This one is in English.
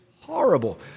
horrible